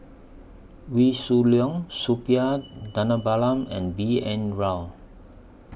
Wee Shoo Leong Suppiah Dhanabalan and B N Rao